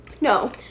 No